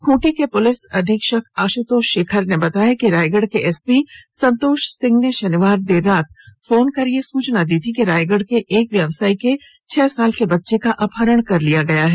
खूंटी के पुलिस अधीक्षक आश्तोष शेखर ने बताया कि रायगढ़ के एसपी संतोष सिंह ने शनिवार देर रात फोन कर यह सूचना दी थी कि रायगढ़ के एक व्यवसायी के छह साल के बच्चे का अपहरण कर लिया गया है